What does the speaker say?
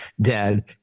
dead